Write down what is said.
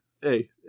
hey